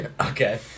Okay